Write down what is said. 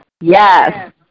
Yes